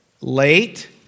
Late